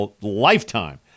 lifetime